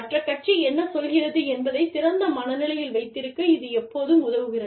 மற்ற கட்சி என்ன சொல்கிறது என்பதைத் திறந்த மன நிலையில் வைத்திருக்க இது எப்போதும் உதவுகிறது